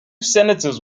senators